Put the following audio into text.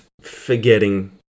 forgetting